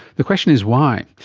the question is why.